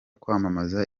kwamamaza